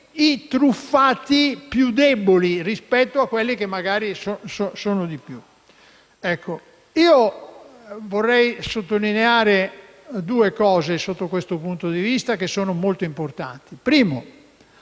i truffati più deboli, rispetto a quelli che magari sono di più. Vorrei sottolineare due aspetti sotto questo punto di vista, che sono molto importanti. In primo